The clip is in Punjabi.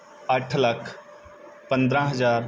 ਅੱਠ ਲੱਖ ਪੰਦਰਾਂ ਹਜ਼ਾਰ